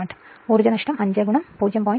അതിനാൽ ഊർജ്ജനഷ്ടം 5 0